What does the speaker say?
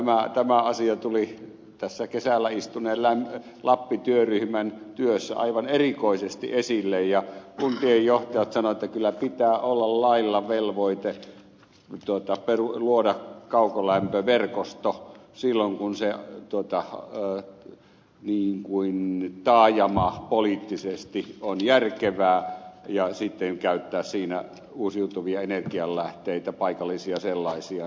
tämä asia tuli tässä kesällä istuneen lappi työryhmän työssä aivan erikoisesti esille ja kuntien johtajat sanoivat että kyllä pitää olla lailla velvoite luoda kaukolämpöverkosto silloin kun se tuo tahtoi niin kuin taajama taajamapoliittisesti on järkevää ja sitten käyttää siinä uusiutuvia energianlähteitä paikallisia sellaisia